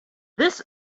this